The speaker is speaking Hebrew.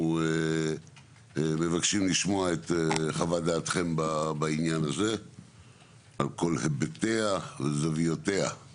אנחנו מבקשים לשמוע את חוות דעתכם בעניין הזה על כל היבטיה וזוויותיה.